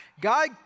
God